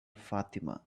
fatima